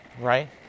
right